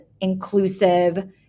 inclusive